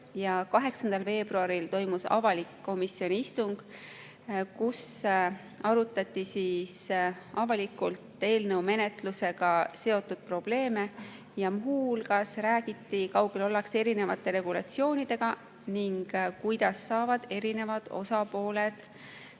8. veebruaril toimus avalik komisjoni istung, kus arutati avalikult eelnõu menetlusega seotud probleeme ja muu hulgas räägiti, kui kaugel ollakse erinevate regulatsioonidega ning kuidas saavad eri osapooled